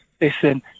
Listen